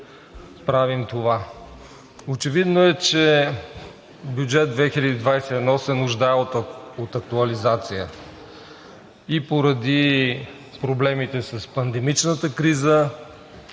правим това? Очевидно е, че Бюджет 2021 се нуждае от актуализация и поради проблемите с пандемичната криза,